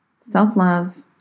Self-love